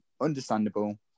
Understandable